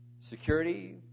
security